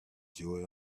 joy